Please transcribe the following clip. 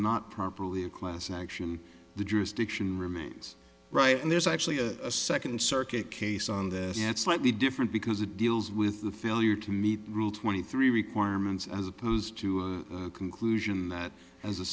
not properly a class action the jurisdiction remains right and there's actually a second circuit case on that yet slightly different because it deals with the failure to meet rule twenty three requirements as opposed to a conclusion that as a